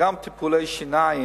שגם טיפולי שיניים